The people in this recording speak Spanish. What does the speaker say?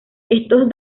estos